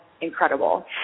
incredible